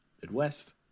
Midwest